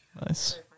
Nice